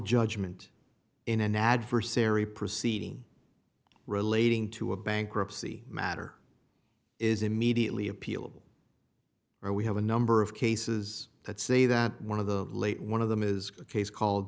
judgment in an adversary proceeding relating to a bankruptcy matter is immediately appealable or we have a number of cases that say that one of the late one of them is a case called